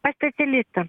pas specialistą